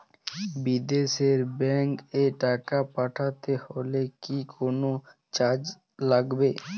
বিদেশের ব্যাংক এ টাকা পাঠাতে হলে কি কোনো চার্জ লাগবে?